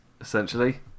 essentially